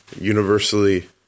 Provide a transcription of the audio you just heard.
universally